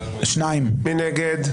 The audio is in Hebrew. מי נגד?